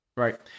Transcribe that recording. Right